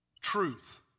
truth